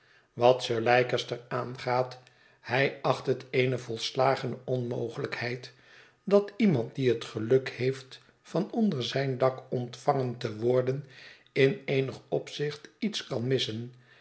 wat sir leicester aangaat hij acht het eene volslagene onmogelijkheid dat iemand die het geluk heeft van onder zijn dak ontvangen te worden in eenig opzicht iets kan missen